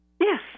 Yes